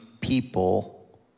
people